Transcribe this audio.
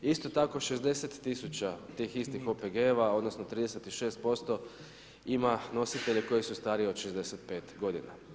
Isto tako 60 000 tih istih OPG-ova odnosno 36% ima nositelje koji su stariji od 65 godina.